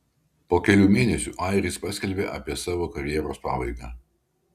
po kelių mėnesių airis paskelbė apie savo karjeros pabaigą